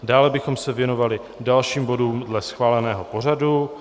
Dále bychom se věnovali dalším bodům dle schváleného pořadu.